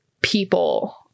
people